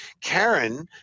Karen